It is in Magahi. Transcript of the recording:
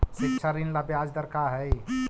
शिक्षा ऋण ला ब्याज दर का हई?